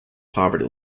poverty